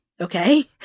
okay